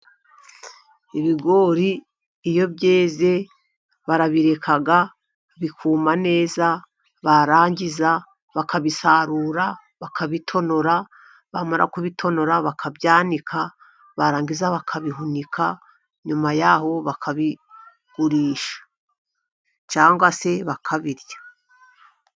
Ibigori iyo byeze barabireka bikuma neza barangiza bakabisarura bakabitonora ,bamara kubitonora bakabika barangiza bakabihunika ,nyuma yaho bakabigurisha cyangwa se bakabirya.